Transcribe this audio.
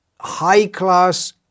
high-class